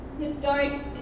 historic